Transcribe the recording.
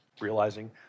realizing